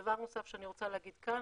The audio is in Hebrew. דבר נוסף שאני רוצה להגיד כאן,